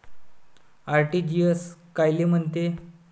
RTGS कायले म्हनते?